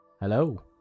Hello